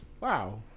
wow